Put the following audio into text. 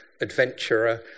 adventurer